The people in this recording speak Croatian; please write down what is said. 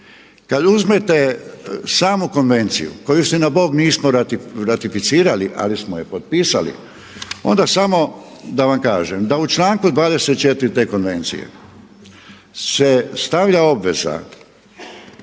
kad uzmete samu konvenciju koju istina bog nismo ratificirali, ali smo je potpisali onda samo da vam kažem da u članku 24. te konvencije se stavlja obveza,